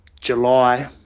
July